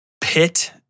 pit